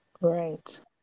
Right